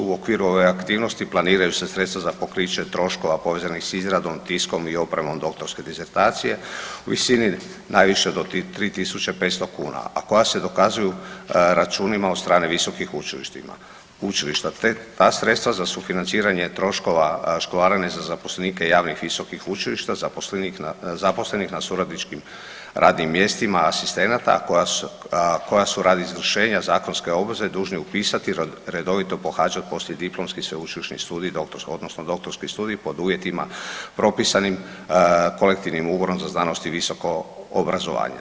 U okviru ove aktivnosti planiraju se sredstva za pokriće troškova povezanih s izradom, tiskom i opremom doktorske disertacije u visini najviše do 3.500 kuna, a koja se dokazuju računima od strane visokih učilištima, učilišta te ta sredstva za sufinanciranje troškova školarine za zaposlenike javnih visokih učilišta, zaposlenih na suradničkim radnim mjestima asistenata, a koja su, a koja su radi izvršenja zakonske obveze dužni upisati i redovito pohađati poslijediplomski sveučilišni studij odnosno doktorski studij pod uvjetima propisanim Kolektivnim ugovorom za znanost i visoko obrazovanje.